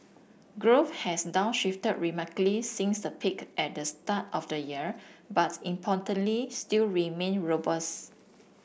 growth has downshifted markedly since the peak at the start of the year but importantly still remains robust